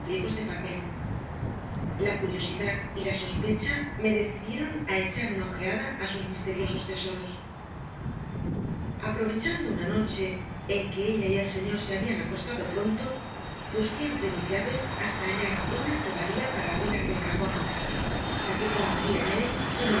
de papel la curiosidad y la sospecha me decidieron a echar una ojeada a sus misteriosos tesoros aprovechando una noche en que ella y el señor se habían acostado pronto busqué entre mis llaves hasta hallar una que valía para abrir aquel cajón saqué cuanto había en él